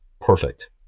perfect